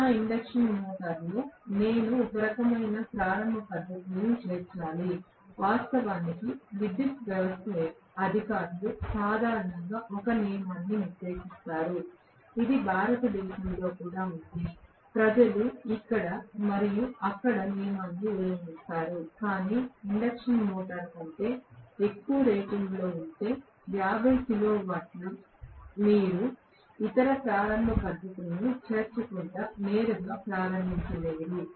నా ఇండక్షన్ మోటారులో నేను ఒక రకమైన ప్రారంభ పద్ధతులను చేర్చాలి వాస్తవానికి విద్యుత్ వ్యవస్థ అధికారులు సాధారణంగా ఒక నియమాన్ని నిర్దేశిస్తారు ఇది భారతదేశంలో కూడా ఉంది ప్రజలు ఇక్కడ మరియు అక్కడ నియమాన్ని ఉల్లంఘిస్తారు కాని ఇండక్షన్ మోటారు కంటే ఎక్కువ రేటింగ్ ఉంటే 50 కిలోవాట్ల మీరు ఇతర ప్రారంభ పద్ధతులను చేర్చకుండా నేరుగా ప్రారంభించలేరు